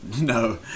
No